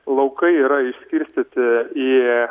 laukai yra išskirstyti į